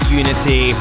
unity